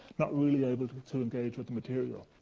not really able to to engage with the material.